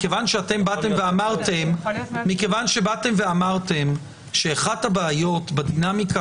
מכיוון שאתם אמרתם שאחת הבעיות בדינמיקה